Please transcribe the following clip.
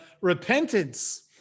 repentance